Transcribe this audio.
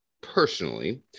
personally